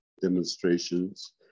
demonstrations